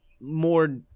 more